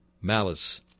Malice